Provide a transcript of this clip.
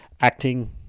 acting